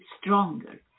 stronger